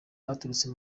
baturutse